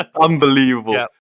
Unbelievable